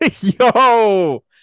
Yo